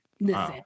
listen